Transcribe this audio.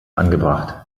angebracht